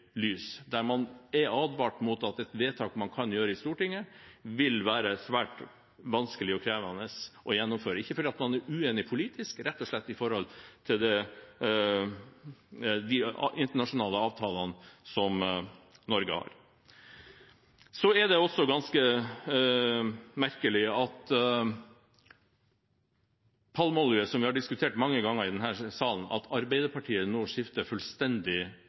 lys. Man er advart mot at et vedtak man kan gjøre i Stortinget, vil være svært vanskelig og krevende å gjennomføre. Det er ikke fordi man er uenig politisk, men rett og slett med tanke på de internasjonale avtalene som Norge har. Det er også ganske merkelig når det gjelder palmeolje, som vi har diskutert mange ganger i denne salen, at Arbeiderpartiet nå skifter fullstendig